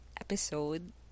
episode